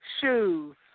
Shoes